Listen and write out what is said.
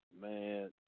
Man